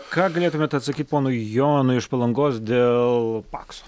ką galėtumėt atsakyti ponui jonui iš palangos dėl pakso